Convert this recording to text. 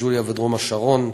ג'לג'וליה ודרום-השרון,